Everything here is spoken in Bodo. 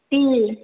दे